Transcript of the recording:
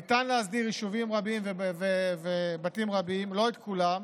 ניתן להסדיר יישובים רבים ובתים רבים, לא את כולם,